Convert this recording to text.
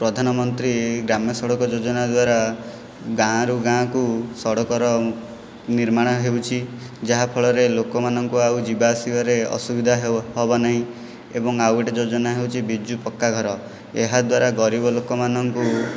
ପ୍ରଧାନମନ୍ତ୍ରୀ ଗ୍ରାମ୍ୟ ସଡ଼କ ଯୋଜନା ଦ୍ୱାରା ଗାଁରୁ ଗାଁକୁ ସଡ଼କର ନିର୍ମାଣ ହେଉଛି ଯାହାଫଳରେ ଲୋକମାନଙ୍କୁ ଆଉ ଯିବା ଆସିବାରେ ଅସୁବିଧା ହେବ ନାହିଁ ଏବଂ ଆଉ ଗୋଟିଏ ଯୋଜନା ହେଉଛି ବିଜୁ ପକ୍କାଘର ଏହା ଦ୍ୱାରା ଗରିବ ଲୋକମାନଙ୍କୁ